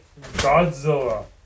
Godzilla